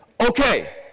okay